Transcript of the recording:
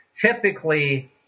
typically